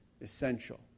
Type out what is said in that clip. essential